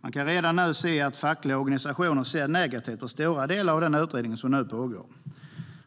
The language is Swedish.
Man kan redan nu se att fackliga organisationer ser negativt på stora delar av den utredning som pågår.